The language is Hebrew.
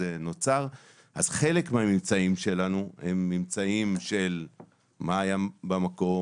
חלק מהממצאים שלנו הם ממצאים של מה היה במקום,